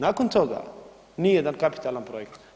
Nakon toga nijedan kapitalan projekt.